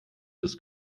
ist